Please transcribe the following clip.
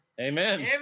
Amen